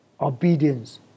obedience